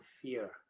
fear